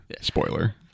Spoiler